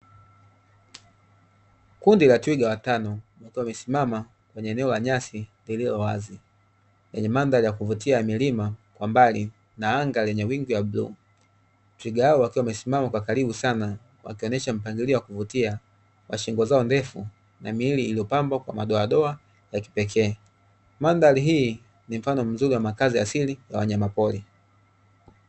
Kundi la twiga watano wakiwa wamesimama kwenye eneo la nyasi lililowazi, kwenye mandhali ya kuvutia ya milima kwa mbali na anga lenye wingu la bluu. Twiga hawa wakiwa wameimama kwa karibu sana wakionyesha mpangilio wa kuvutia kwa shingo zao ndefu na miili iliyopambwa kwa madoa doa ya kipekee. Mandhali hii ni mfano mzuri wa makazi ya asili ya wanyama pori.